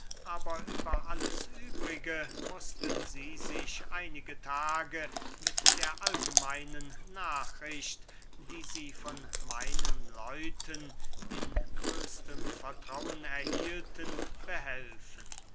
aber über alles übrige mußten sie sich einige tage mit der allgemeinen nachricht die sie von meinen leuten in größtem vertrauen erhielten behelfen